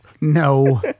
No